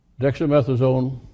dexamethasone